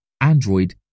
Android